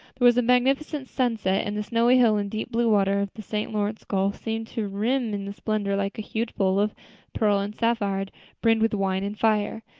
there was a magnificent sunset, and the snowy hills and deep-blue water of the st. lawrence gulf seemed to rim in the splendor like a huge bowl of pearl and sapphire brimmed with wine and fire.